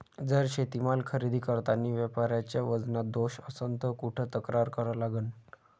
जर शेतीमाल खरेदी करतांनी व्यापाऱ्याच्या वजनात दोष असन त कुठ तक्रार करा लागन?